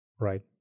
right